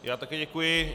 Já také děkuji.